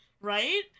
right